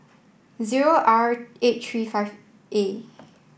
zero R eight three five A